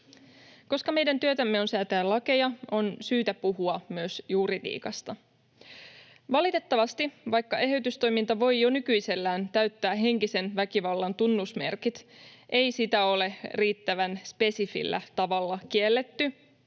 Koska meidän työtämme on säätää lakeja, on syytä puhua myös juridiikasta. Vaikka valitettavasti eheytystoiminta voi jo nykyisellään täyttää henkisen väkivallan tunnusmerkit, ei sitä ole riittävän spesifillä tavalla kielletty,